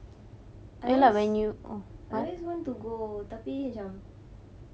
I always I always want to go tapi macam